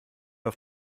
auf